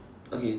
okay